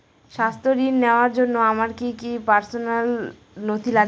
স্বাস্থ্য ঋণ নেওয়ার জন্য আমার কি কি পার্সোনাল নথি লাগবে?